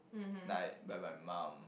like by my mum